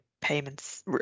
payments